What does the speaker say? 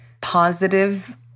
positive